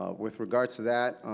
ah with regards to that.